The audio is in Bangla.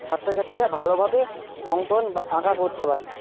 ছাত্রছাত্রীরা ভালোভাবে অঙ্কন বা আঁকা করতে পারে